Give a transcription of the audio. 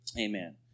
Amen